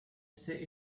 say